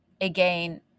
Again